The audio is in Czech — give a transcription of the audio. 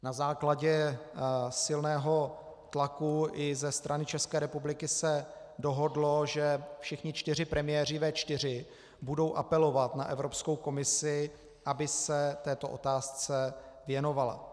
Na základě silného tlaku i ze strany České republiky se dohodlo, že všichni čtyři premiéři V4 budou apelovat na Evropskou komisi, aby se této otázce věnovala.